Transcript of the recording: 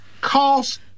cost